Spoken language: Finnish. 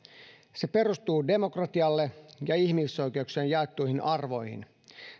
se perustuu demokratialle ja ihmisoikeuksien jaettuihin arvoihin